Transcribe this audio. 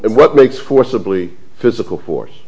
what makes forcibly physical force